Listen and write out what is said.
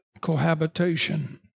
cohabitation